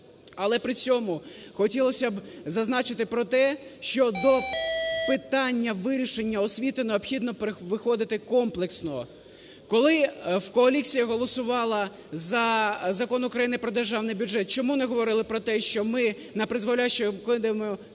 Але при цьому хотілося б зазначити про те, що до питання вирішення освіти необхідно виходити комплексно. Коли коаліція голосувала за Закон України про Державний бюджет, чому не говорили про те, що ми напризволяще кидаємо